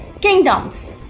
kingdoms